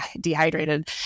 dehydrated